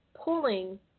pulling